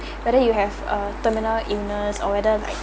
but then you have a terminal illness or whether like